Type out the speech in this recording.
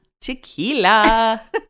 tequila